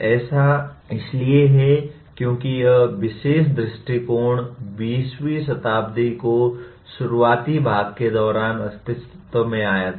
ऐसा इसलिए है क्योंकि यह विशेष दृष्टिकोण 20 वीं शताब्दी के शुरुआती भाग के दौरान अस्तित्व में आया था